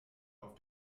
auf